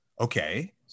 okay